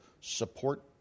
support